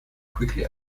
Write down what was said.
quickly